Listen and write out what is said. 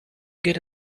get